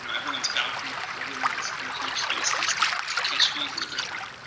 you know everyone's balcony, everyone's interior spaces to to catch views of the river,